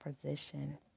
position